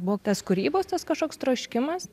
buvo tas kūrybos tas kažkoks troškimas